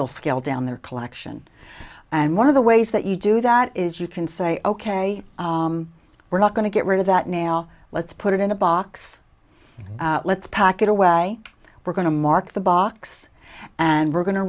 they'll scale down their collection and one of the ways that you do that is you can say ok we're not going to get rid of that now let's put it in a box let's pack it away we're going to mark the box and we're going to